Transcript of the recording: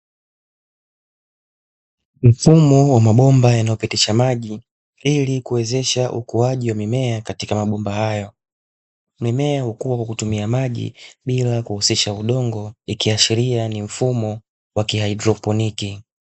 Mfumo wa mabomba yanayopitisha maji ili kuwezesha ukuaji wa mimea katika mabomba hayo. Mimea hukua kwa kutumia maji bila kuhusisha udongo ikiashiria ni mfumo wa kihaidroponi.